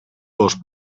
dos